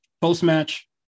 Post-match